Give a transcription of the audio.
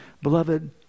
beloved